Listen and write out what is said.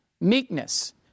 meekness